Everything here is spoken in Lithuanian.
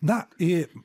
na į